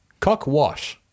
Cockwash